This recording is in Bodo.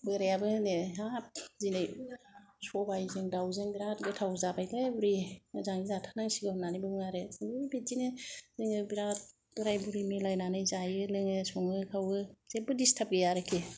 बोरायाबो होनो हाब दिनै सबाइजों दावजों बेराद गोथाव जाबाय लै बुरि मोजाङै जाथार नांसिगौ होननानै बुङो आरो कुनु बिदि जोङो बेराद बोराय बुरि मिलायनानै जायो लोङो सङो खावो जेबो दिस्टार्ब गैया आरोखि